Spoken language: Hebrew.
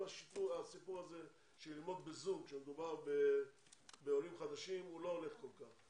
כל הסיפור הזה של ללמוד בזום כשמדובר בעולים חדשים לא הולך כל כך,